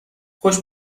خوش